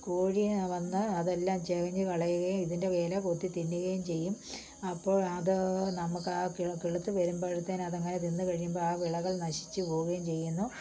കോഴിവന്ന് അതെല്ലാം ചികഞ്ഞ് കളയുകയും ഇതിൻ്റെ ഇല കൊത്തി തിന്നുകയും ചെയ്യും അപ്പോൾ അത് നമുക്ക് അത് ആ കിളുത്ത് വരുമ്പഴ്ത്തേന് അതങ്ങനെ തിന്നുകഴിയുമ്പോൾ ആ വിളകൾ നശിച്ചു പോവുകയും ചെയ്യുന്നു